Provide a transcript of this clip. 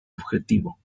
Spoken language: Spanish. objetivo